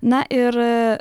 na ir